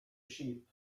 sheep